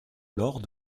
alors